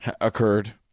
occurred